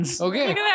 okay